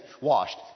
washed